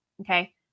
okay